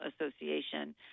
association